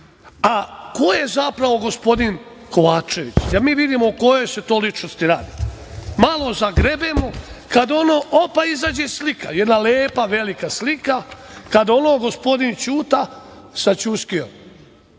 A ko je zapravo gospodin Kovačević? Da mi vidimo o kojoj se to ličnosti radi. Malo zagrebemo, kad ono, opa, izađe slika, jedna lepa velika slika, kad ono gospodin Ćuta sa Ćuskijom,